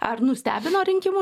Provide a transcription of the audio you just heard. ar nustebino rinkimų